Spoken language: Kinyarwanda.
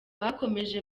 bakomeje